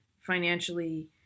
financially